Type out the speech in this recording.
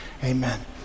Amen